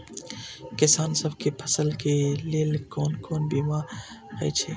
किसान सब के फसल के लेल कोन कोन बीमा हे छे?